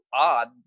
odd